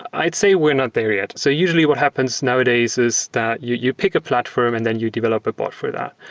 i'd say we're not there. yeah so usually what happens nowadays is that you you pick a platform and then you develop a bot for that.